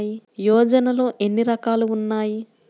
యోజనలో ఏన్ని రకాలు ఉన్నాయి?